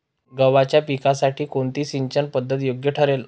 गव्हाच्या पिकासाठी कोणती सिंचन पद्धत योग्य ठरेल?